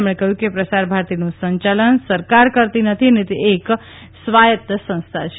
તેમણે કહ્યું કે પ્રસારભારતીનું સંચાલન સરકાર કરતી નથી અને તે એક સ્વાયત્ત સંસ્થા છે